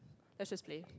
let's just play